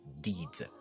deeds